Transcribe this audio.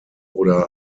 oder